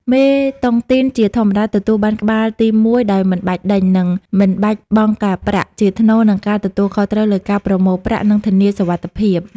មេតុងទីនជាធម្មតាទទួលបានក្បាលទីមួយដោយមិនបាច់ដេញ និងមិនបាច់បង់ការប្រាក់ ជាថ្នូរនឹងការទទួលខុសត្រូវលើការប្រមូលប្រាក់ និងធានាសុវត្ថិភាព។